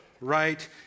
right